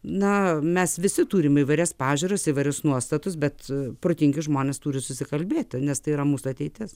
na mes visi turime įvairias pažiūras įvairius nuostatus bet protingi žmonės turi susikalbėti nes tai yra mūsų ateitis